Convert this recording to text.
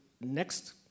next